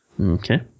Okay